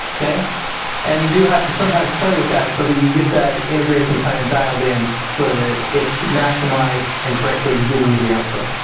and you do have to sometimes play with that so that you get that integration time dialed in so that it's maximized and correctly giving you the output.